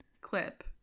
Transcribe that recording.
clip